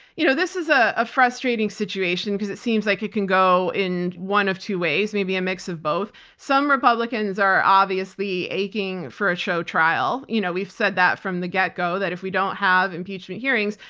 you know this is ah a frustrating situation because it seems like it can go in one of two ways. maybe a mix of both. some republicans are obviously aching for a show trial. you know we've said that from the get-go, that if we don't have impeachment hearings,